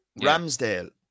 Ramsdale